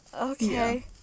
okay